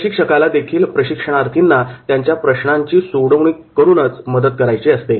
प्रशिक्षकालादेखील प्रशिक्षणार्थींना त्यांच्या प्रश्नांची सोडवणूक करून मदतच करायची असते